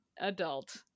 adult